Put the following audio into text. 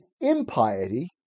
impiety